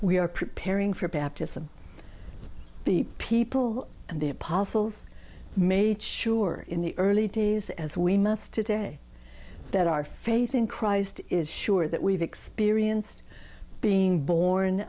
we are preparing for baptism the people and the apostles made sure in the early days as we must today that our faith in christ is sure that we've experienced being born